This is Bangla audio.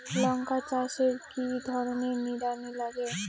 লঙ্কা চাষে কি ধরনের নিড়ানি লাগে?